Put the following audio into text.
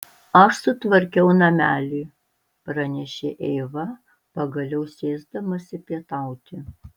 aš sutvarkiau namelį pranešė eiva pagaliau sėsdamasi pietauti